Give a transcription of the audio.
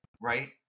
right